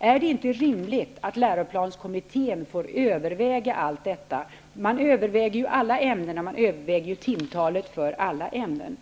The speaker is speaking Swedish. Är det inte rimligt att läroplanskommittén får göra en övervägning av alla dessa ämnen? Kommittén skall ju göra en övervägning av timtalet för alla ämnen.